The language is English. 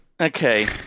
Okay